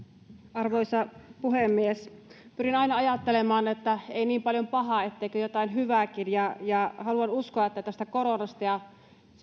arvoisa puhemies pyrin aina ajattelemaan että ei niin paljon pahaa etteikö jotain hyvääkin ja haluan uskoa että tästä koronasta ja